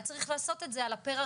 היה צריך לעשות את זה על הפרה-רפואי,